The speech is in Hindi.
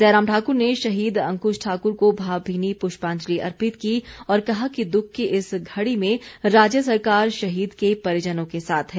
जयराम ठाकुर ने शहीद अंकुश ठाकुर को भावभीनी पुष्पांजलि अर्पित की और कहा कि दुख की इस घड़ी में राज्य सरकार शहीद के परिजनों के साथ है